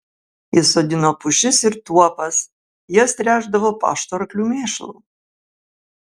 jis sodino pušis ir tuopas jas tręšdavo pašto arklių mėšlu